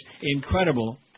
incredible